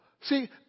See